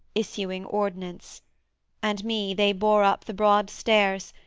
issuing ordinance and me they bore up the broad stairs,